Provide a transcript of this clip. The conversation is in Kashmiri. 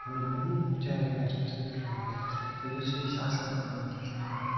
پَنُن پَنُن چہل پہل چھِ تٔمۍ کران تہٕ یُس یہِ چھِ آسان کیٛاہ چھِ اَتھ ناو